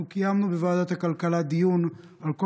אנחנו קיימנו בוועדת הכלכלה דיון על כל